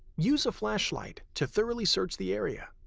use a flashlight to thoroughly search the area.